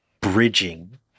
bridging